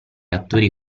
attori